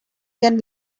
can